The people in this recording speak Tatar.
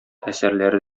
әсәрләре